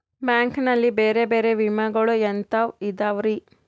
Bank ನಲ್ಲಿ ಬೇರೆ ಬೇರೆ ವಿಮೆಗಳು ಎಂತವ್ ಇದವ್ರಿ?